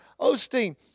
Osteen